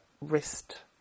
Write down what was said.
wrist